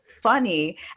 funny